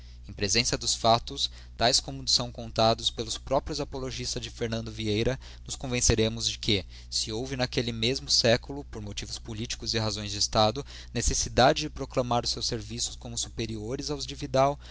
em presença dos factos taes como são contados pelos próprios apologistas de fernandes vieira nos convenceremos de que se houve naquelle mesmo século por motivos politicos e razões de estado necessidade de proclamar os seus serviços como superiores aos de vidal